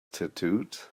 tattooed